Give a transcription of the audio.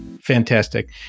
Fantastic